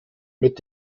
mit